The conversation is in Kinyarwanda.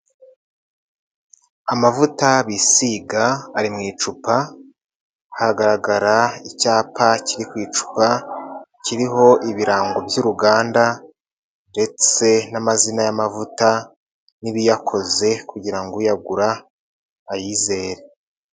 Amavuta bisiga ari mu icupa, hagaragara icyapa kiri ku icupa, kiriho ibirango by'uruganda, ndetse n'amazina y'amavuta n'ibiyakoze, kugira ngo uyagura ayizere.